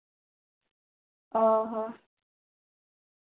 ᱚᱸᱻ ᱦᱚᱸ